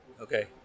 okay